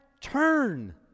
turn